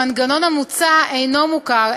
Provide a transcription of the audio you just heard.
המנגנון המוצע אינו מוכר,